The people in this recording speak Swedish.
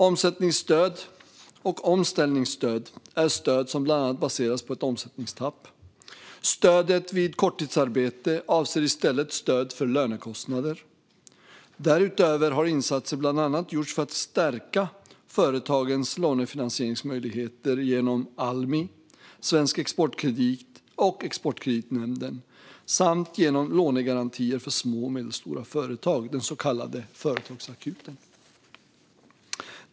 Omsättningsstöd och omställningsstöd är stöd som bland annat baseras på ett omsättningstapp. Stödet vid korttidsarbete avser i stället stöd för lönekostnader. Därutöver har insatser bland annat gjorts för att stärka företagens lånefinansieringsmöjligheter genom Almi, Svensk Exportkredit och Exportkreditnämnden samt genom lånegarantier för små och medelstora företag, den så kallade företagsakuten.